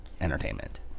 entertainment